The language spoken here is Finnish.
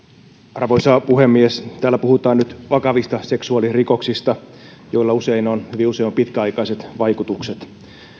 arvoisa puhemies täällä puhutaan nyt vakavista seksuaalirikoksista joilla hyvin usein on pitkäaikaiset vaikutukset